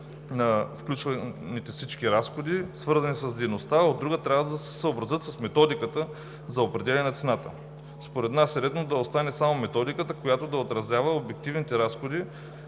на всички включени разходи, свързани с дейността, а от друга – трябва да се съобразят с методиката за определяне на цената. Според нас е редно да остане само методиката, която да отразява обективните разходи,